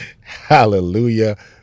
Hallelujah